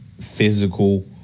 physical